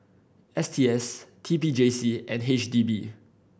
S T S T P J C and H D B